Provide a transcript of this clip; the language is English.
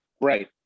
Right